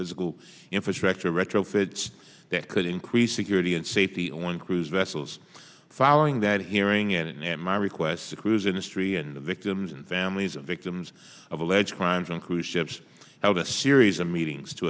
physical infrastructure retrofit that could increase security and safety on cruise vessels following that hearing and at my request the cruise industry and the victims families of victims of alleged crimes on cruise ships out a series of meetings to